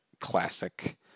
classic